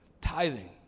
Tithing